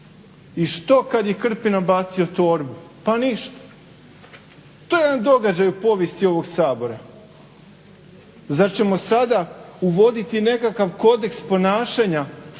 i što je kada je Krpina bacio torbu? Pa ništa. To je jedan događaj u povijesti ovog Sabora. Zar ćemo sada uvoditi nekakav kodeks ponašanja